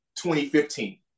2015